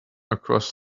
across